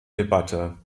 debatte